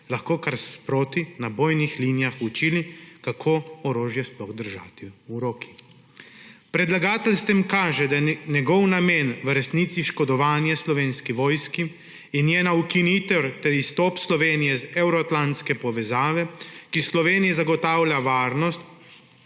lahko kar sproti na bojnih linijah učili, kako orožje sploh držati v roki. Predlagatelj s tem kaže, da je njegov namen v resnici škodovanje Slovenski vojski in njena ukinitev ter izstop Slovenije iz evroatlantske povezave, ki Sloveniji zagotavlja varnost